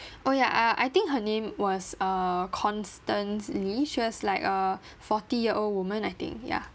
oh ya ah I think her name was err constance lee like a forty year old woman I think ya